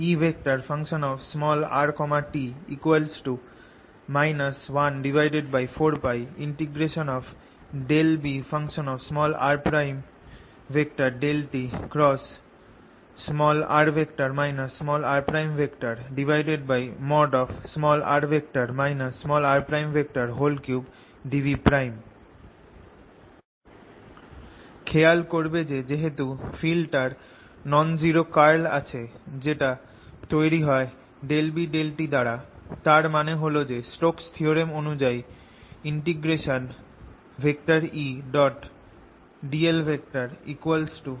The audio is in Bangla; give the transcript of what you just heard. Ert 14π∂Br∂tr rr r3dV খেয়াল করবে যে যেহেতু ফিল্ডটার নন জিরো কার্ল আছে যেটা তৈরি হয় ∂B∂t দ্বারা তার মানে হল যে Stokes' theorem অনুযায়ী Edl ≠ 0